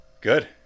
Good